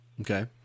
Okay